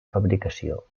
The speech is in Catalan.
fabricació